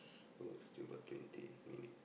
so still got twenty minutes